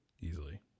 Easily